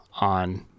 on